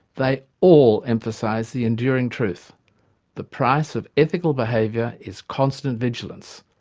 they all emphasise the enduring truth the price of ethical behaviour is constant vigilance,